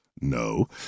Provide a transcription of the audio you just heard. No